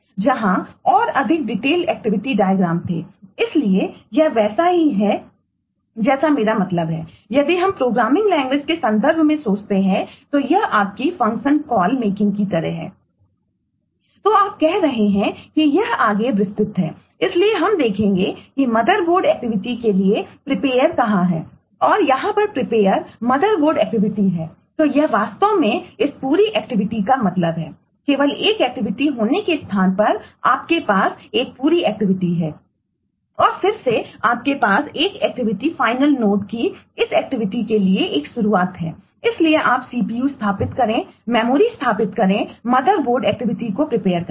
तो आप कह रहे हैं कि यह आगे विस्तृत हैइसलिए हम देखेंगे कि मदरबोर्ड एक्टिविटी करें